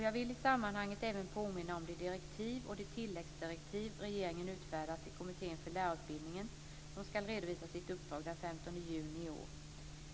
Jag vill i sammanhanget även påminna om de direktiv och de tilläggsdirektiv regeringen utfärdat till Kommittén för lärarutbildningen som skall redovisa sitt uppdrag den 15 juni i år.